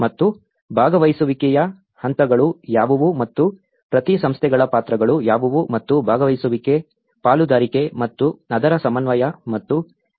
ಮತ್ತು ಭಾಗವಹಿಸುವಿಕೆಯ ಹಂತಗಳು ಯಾವುವು ಮತ್ತು ಪ್ರತಿ ಸಂಸ್ಥೆಗಳ ಪಾತ್ರಗಳು ಯಾವುವು ಮತ್ತು ಭಾಗವಹಿಸುವಿಕೆ ಪಾಲುದಾರಿಕೆ ಮತ್ತು ಅದರ ಸಮನ್ವಯ ಮತ್ತು ಮೇಲ್ವಿಚಾರಣೆಯೂ ಇದೆ